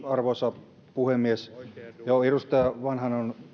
arvoisa puhemies edustaja vanhanen on